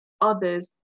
others